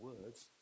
words